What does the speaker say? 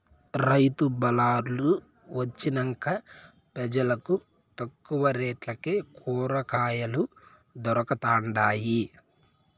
రైతు బళార్లు వొచ్చినంక పెజలకు తక్కువ రేట్లకే కూరకాయలు దొరకతండాయి